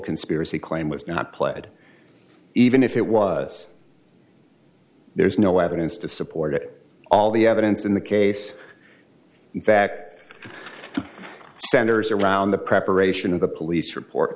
conspiracy claim was not planted even if it was there's no evidence to support it all the evidence in the case that centers around the preparation of the police report